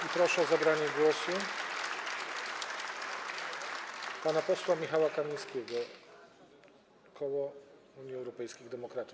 I proszę o zabranie głosu pana posła Michała Kamińskiego, koło Unii Europejskich Demokratów.